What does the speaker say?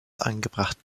angebracht